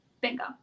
bingo